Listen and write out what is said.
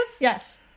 Yes